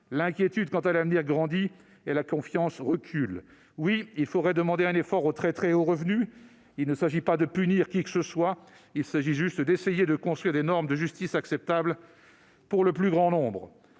L'inquiétude quant à l'avenir grandit et la confiance recule. Oui, il faudrait demander un effort aux très hauts revenus. Il ne s'agit pas de punir qui que ce soit : il s'agit simplement d'essayer de construire des normes de justice acceptables pour le plus grand nombre.